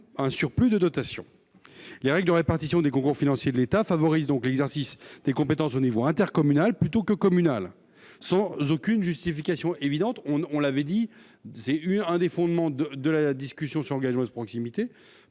un surplus de dotations. Les règles de répartition des concours financiers de l'État favorisent donc l'exercice des compétences au niveau intercommunal plutôt que communal, sans aucune justification évidente. Nous l'avions souligné lors des débats sur le projet de loi Engagement et proximité,